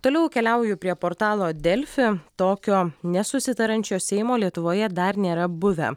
toliau keliauju prie portalo delfi tokio nesusitariančio seimo lietuvoje dar nėra buvę